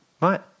right